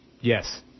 Yes